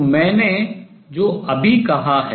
तो मैंने जो अभी कहा है